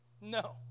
No